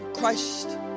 Christ